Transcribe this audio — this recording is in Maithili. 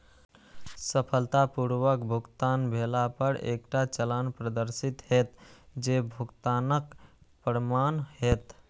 सफलतापूर्वक भुगतान भेला पर एकटा चालान प्रदर्शित हैत, जे भुगतानक प्रमाण हैत